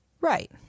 Right